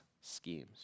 schemes